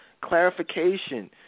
Clarification